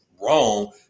wrong